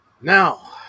Now